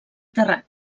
terrat